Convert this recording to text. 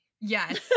yes